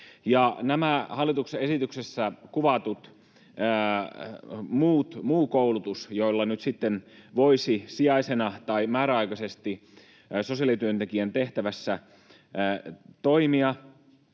Nämä hallituksen esityksessä kuvatut muut koulutukset, joilla nyt sitten voisi sijaisena tai määräaikaisesti sosiaalityöntekijän tehtävässä toimia,